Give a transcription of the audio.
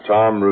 Tom